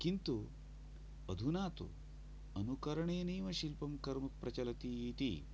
किन्तु अधुना तु अनुकरणेनैव शिल्पं कर्म प्रचलति इति